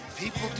People